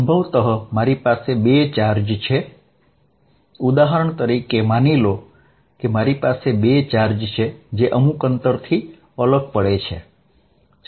સંભવત મારી પાસે બે ચાર્જ છે ઉદાહરણ તરીકે માની લો કે મારી પાસે બે ચાર્જ છે જે અમુક અંતરથી અલગ પડે છે